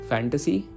Fantasy